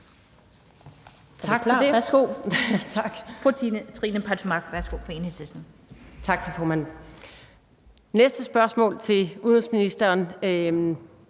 næste spørgsmål til udenrigsministeren